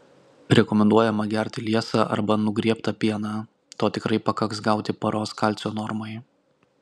rekomenduojama gerti liesą arba nugriebtą pieną to tikrai pakaks gauti paros kalcio normai